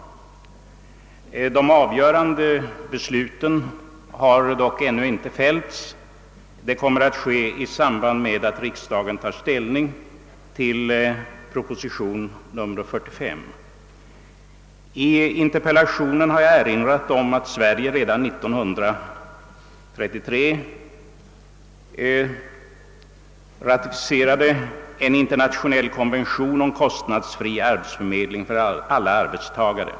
De avgörande besluten har dock ännu inte fattats — detta kommer att ske i samband med att riksdagen tar ställning till proposition nr 45. I interpellationen har jag erinrat om att Sverige redan år 1933 ratificerade en internationell konvention om kostnadsfri arbetsförmedling för alla arbetstagare.